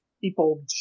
people